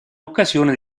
occasione